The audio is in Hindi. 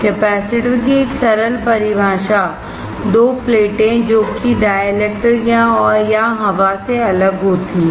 कैपेसिटर की एक सरल परिभाषा 2 प्लेटें जो कि डाइलेक्ट्रिकया हवा से अलग होती हैं